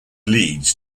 leeds